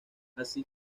así